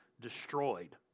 destroyed